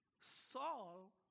Saul